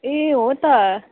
ए हो त